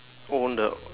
own the